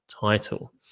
title